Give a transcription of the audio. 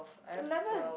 eleven